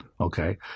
okay